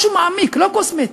משהו מעמיק, לא קוסמטי.